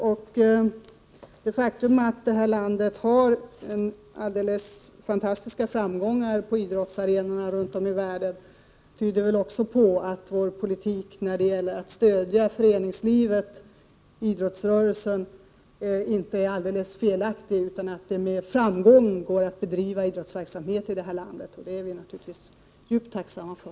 Också det faktum att vårt land har alldeles fantastiska framgångar på idrottsarenorna runt om i världen tyder väl på att vår politik när det gäller att stödja föreningslivet och idrottsrörelsen inte är alldeles felaktig, utan att det går att med framgång bedriva idrottsverksamhet i vårt land. Det är vi naturligtvis djupt tacksamma för.